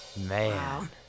Man